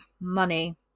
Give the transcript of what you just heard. money